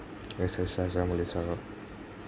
S S Rajamouli চাৰৰ